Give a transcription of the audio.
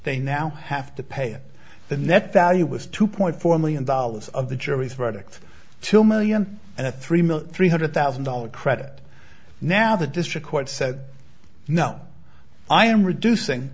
they now have to pay the net value was two point four million dollars of the jury's verdict two million and the three million three hundred thousand dollars credit now the district court said no i am reducing